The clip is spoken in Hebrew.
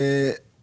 מה